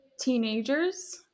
teenagers